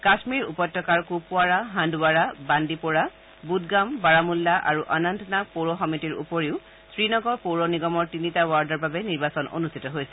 কাশ্মীৰ উপত্যকাৰ কুপৱাৰা হান্দৱাৰা বান্দিপোৰা বুদগাম বাৰামুল্লা আৰু অনন্তনাগ পৌৰ সমিতিৰ উপৰিও শ্ৰীনগৰ পৌৰ নিগমৰ তিনিটা ৱাৰ্ডৰ বাবে নিৰ্বাচন অনুষ্ঠিত হৈছে